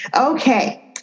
okay